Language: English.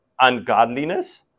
ungodliness